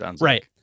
Right